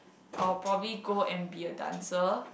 I will probably go and be a dancer